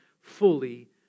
fully